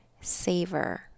savor